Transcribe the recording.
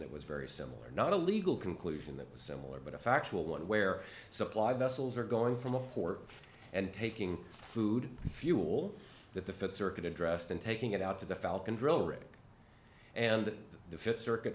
that was very similar not a legal conclusion that was similar but a factual one where supply vessels are going from the port and taking food fuel that the th circuit addressed and taking it out to the falcon drill rig and the th circuit